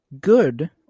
good